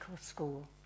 School